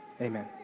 Amen